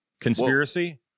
Conspiracy